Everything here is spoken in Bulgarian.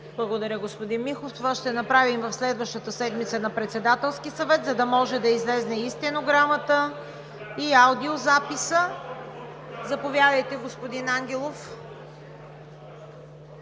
Благодаря, господин Михов. Това ще направим в следващата седмица на Председателски съвет, за да може да излезе и стенограмата, и аудиозаписът. Заповядайте, господин Ангелов.